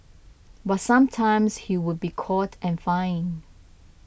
but sometimes he would be caught and fined